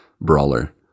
Brawler